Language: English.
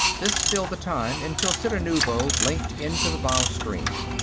this filled the time until cittanuvo blinked into the bow screen.